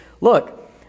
look